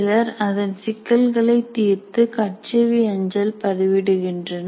சிலர் அதன் சிக்கல்களை தீர்த்து கட்செவி அஞ்சல் பதிவிடுகின்றனர்